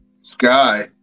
Sky